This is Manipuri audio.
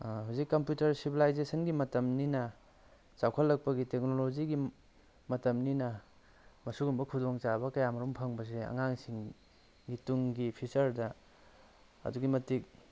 ꯍꯧꯖꯤꯛ ꯀꯝꯄ꯭ꯌꯨꯇꯔ ꯁꯤꯚꯤꯂꯥꯏꯖꯦꯁꯟꯒꯤ ꯃꯇꯝꯅꯤꯅ ꯆꯥꯎꯈꯠꯂꯛꯄꯒꯤ ꯇꯦꯛꯅꯣꯂꯣꯖꯤꯒꯤ ꯃꯇꯝꯅꯤꯅ ꯃꯁꯤꯒꯨꯝ ꯈꯨꯗꯣꯡ ꯆꯥꯕ ꯀꯌꯥ ꯃꯔꯨꯝ ꯐꯪꯕꯁꯦ ꯑꯉꯥꯡꯁꯤꯡꯒꯤ ꯇꯨꯡꯒꯤ ꯐ꯭ꯌꯨꯆꯔꯗ ꯑꯗꯨꯛꯀꯤ ꯃꯇꯤꯛ